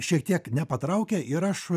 šiek tiek nepatraukia ir aš